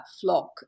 flock